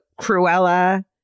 Cruella